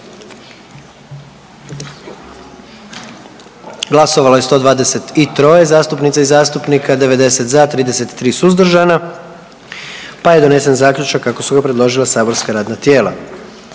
Glasovalo je 88 zastupnica i zastupnika, 77 za, 11 protiv, pa je donesen Zaključak kako ga je predložilo matično saborsko radno tijelo.